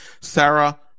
Sarah